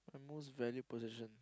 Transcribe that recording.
most valued possession